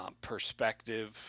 perspective